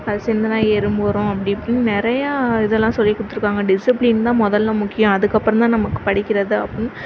அது சிந்தினா எறும்பு வரும் அப்படி இப்படின்னு நிறையா இதெல்லாம் சொல்லி கொடுத்துருக்காங்க டிசிப்ளின் தான் முதல்ல முக்கியம் அதுக்கப்புறந்தான் நமக்கு படிக்கிறது அப்புடின்னு